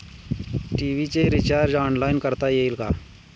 TV चे recharge online करता येईल का?